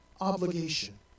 obligation